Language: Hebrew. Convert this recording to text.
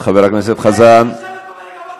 את לא מתביישת לשבת פה ולגבות טרוריסטים?